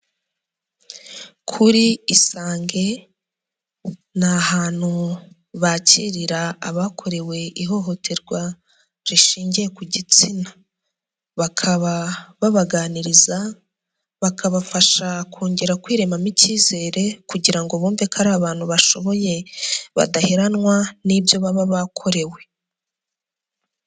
Kuri isange ni ahantu bakirira abakorewe ihohoterwa rishingiye ku gitsina, bakaba babaganiriza, bakabafasha kongera kwiremamo icyizere kugira ngo bumve ko ari abantu bashoboye badaheranwa n'ibyo baba bakorewe.